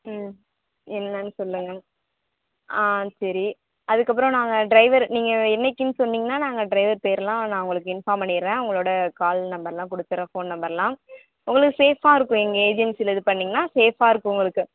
ம் என்னான்னு சொல்லுங்க ஆ சரி அதுக்கப்புறோம் நாங்கள் டிரைவரு நீங்கள் என்றைகின்னு சொன்னீங்கனால் நாங்கள் டிரைவர் பேரெல்லாம் நான் உங்களுக்கு இன்ஃபார்ம் பண்ணிடறேன் அவங்களோட கால் நம்பரெலாம் கொடுத்துட்றேன் ஃபோன் நம்பரெலாம் உங்களுக்கு சேஃபாக இருக்கும் எங்கள் ஏஜென்சியில் இது பண்ணிங்கனால் சேஃபாக இருக்கும் உங்களுக்கு